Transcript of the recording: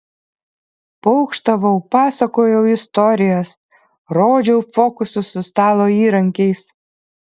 pokštavau pasakojau istorijas rodžiau fokusus su stalo įrankiais